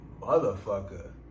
motherfucker